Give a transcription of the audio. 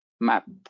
map